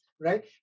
right